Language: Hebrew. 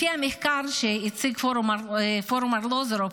לפי המחקר שהציג פורום ארלוזורוב,